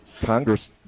Congress